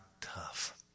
tough